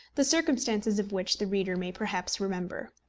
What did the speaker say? the circumstances of which the reader may perhaps remember.